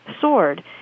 sword